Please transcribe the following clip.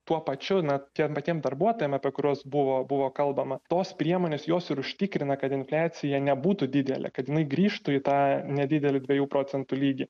tuo pačiu na tiem patiem darbuotojam apie kuriuos buvo buvo kalbama tos priemonės jos ir užtikrina kad infliacija nebūtų didelė kad jinai grįžtų į tą nedidelį dviejų procentų lygį